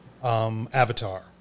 Avatar